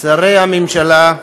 שרי הממשלה,